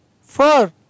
four